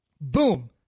Boom